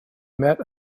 met